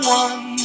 one